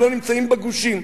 שלא נמצאים בגושים,